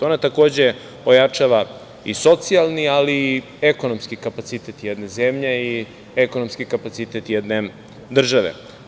Ona, takođe, ojačava i socijalni, ali i ekonomski kapacitet jedne zemlje i ekonomski kapacitet jedne države.